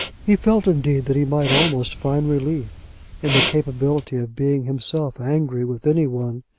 he felt, indeed, that he might almost find relief in the capability of being himself angry with any one.